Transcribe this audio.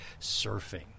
surfing